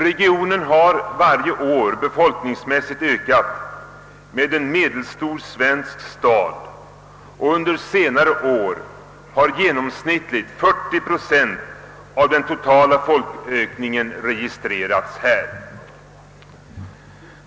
Regionen har varje år befolkningsmässigt ökat med en siffra motsvarande en medelstor svensk stad, och under senare år har genomsnittligt 40 procent av den totala folkökningen registrerats i storstockholmsområdet.